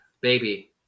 Baby